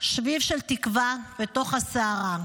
שביב של תקווה בתוך הסערה.